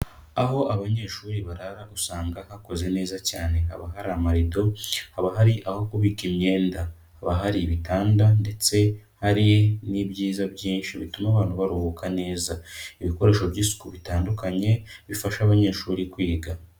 Aho abanyeshuri barara usanga hakoze neza cyane. Haba hari amarido, haba hari aho kubika imyenda, haba hari ibitanda ndetse hari n'ibyiza byinshi bituma abantu baruhuka neza. Ibikoresho by'isuku bitandukanye bifasha abanyeshuri kwiga.